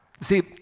See